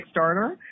Kickstarter